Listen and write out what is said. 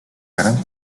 gran